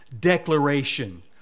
declaration